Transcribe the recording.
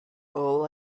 all